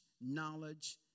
knowledge